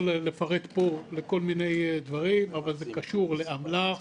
לפרט פה כל מיני דברים אבל זה קשור לאמל"ח,